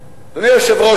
אדוני היושב-ראש,